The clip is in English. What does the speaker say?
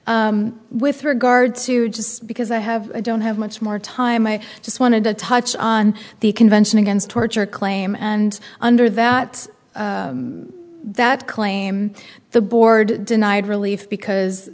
with regard to just because i have i don't have much more time i just wanted to touch on the convention against torture claim and under that that claim the board denied relief because